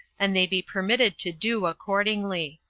and they be permitted to do accordingly.